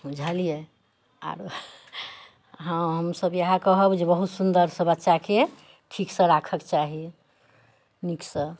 बुझलियै आरो हँ हम सभ इएह कहब जे बहुत सुंदरसँ बच्चाके ठीक से राखऽके चाही नीकसँ